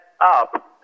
up